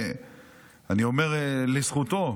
אני אומר לזכותו,